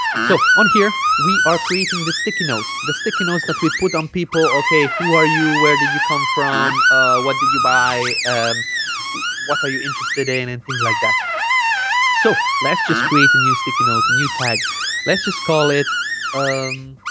so on here we are creating the sticky notes the sticky notes that we put on people okay who are you where did you come from ah what did you buy um what are you interested in and and things like that so let's just create a new sticky note a new tag let's just call it um